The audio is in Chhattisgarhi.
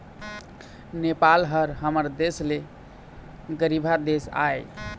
नेपाल ह हमर देश ले गरीबहा देश आय